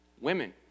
Women